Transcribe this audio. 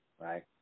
right